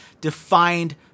defined